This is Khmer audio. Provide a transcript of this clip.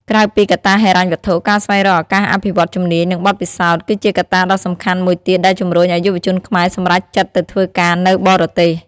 ក្រៅពីកត្តាហិរញ្ញវត្ថុ ការស្វែងរកឱកាសអភិវឌ្ឍជំនាញ និងបទពិសោធន៍ គឺជាកត្តាដ៏សំខាន់មួយទៀតដែលជំរុញឱ្យយុវជនខ្មែរសម្រេចចិត្តទៅធ្វើការនៅបរទេស។